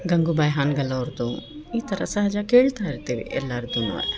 ಗಂಗೂಬಾಯಿ ಹಾನಗಲ್ ಅವ್ರದ್ದು ಈ ಥರ ಸಹಜ ಕೇಳ್ತಾಯಿರ್ತೀವಿ ಎಲ್ಲಾರ್ದು